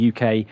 UK